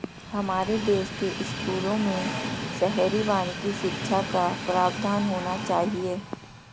हमारे देश के स्कूलों में शहरी वानिकी शिक्षा का प्रावधान होना चाहिए